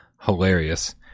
hilarious